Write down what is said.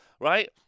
right